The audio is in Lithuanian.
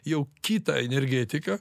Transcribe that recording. jau kitą energetiką